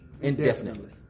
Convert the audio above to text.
indefinitely